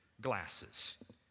glasses